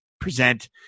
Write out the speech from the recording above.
Present